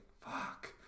fuck